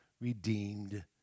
redeemed